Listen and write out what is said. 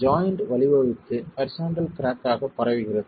joint வழிவகுத்து horizontal crack ஆக பரவுகிறது